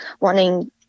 wanting